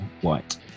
White